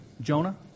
Jonah